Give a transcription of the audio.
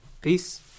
Peace